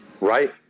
Right